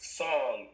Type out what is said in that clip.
song